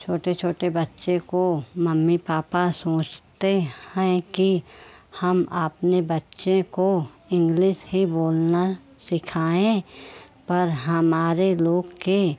छोटे छोटे बच्चों को मम्मी पापा सोचते हैं कि हम अपने बच्चे को इंग्लिस ही बोलना सिखाएँ पर हमारे लोग के